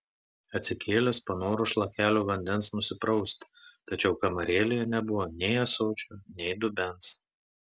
atsikėlęs panoro šlakelio vandens nusiprausti tačiau kamarėlėje nebuvo nei ąsočio nei dubens